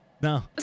no